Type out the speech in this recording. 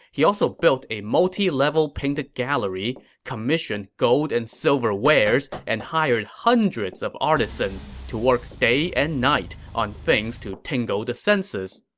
he also built a multi-level painted gallery, commissioned gold and silver wares, and hired hundreds of artisans to work day and night on things to tingle the senses.